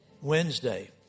Wednesday